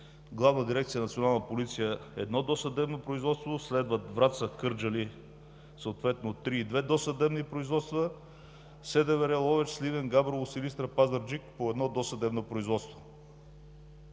Главна дирекция „Национална полиция“ – 1 досъдебно производство, следват Враца, Кърджали – съответно 3 и 2 досъдебни производства, СДВР, Ловеч, Сливен, Габрово, Силистра, Пазарджик – по 1 досъдебно производство.